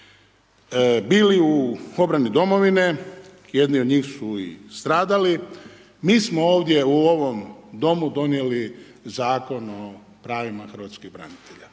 bili u obrani domovine, jedni od njih su i stradali, mi smo ovdje u ovom Domu donijeli Zakon o pravima hrvatskih branitelja